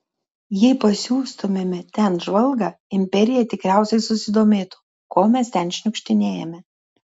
jei pasiųstumėme ten žvalgą imperija tikriausiai susidomėtų ko mes ten šniukštinėjame